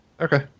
Okay